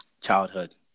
childhood